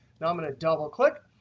now, i'm going to double click.